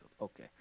Okay